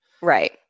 Right